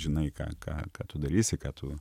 žinai ką ką tu darysi ką tu